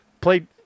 played